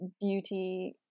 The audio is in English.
beauty